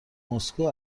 مسکو